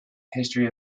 history